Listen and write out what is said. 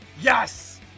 Yes